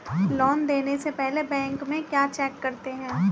Loan देने से पहले बैंक में क्या चेक करते हैं?